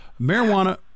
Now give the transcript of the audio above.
Marijuana